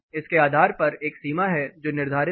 इसके आधार पर एक सीमा है जो निर्धारित है